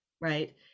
right